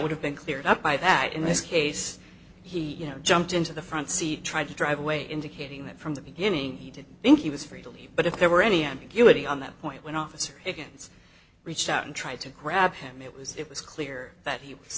would have been cleared up by that in this case he jumped into the front seat tried to drive away indicating that from the beginning he did think he was free to leave but if there were any ambiguity on that point when officer it's reached out and tried to grab him it was it was clear that he was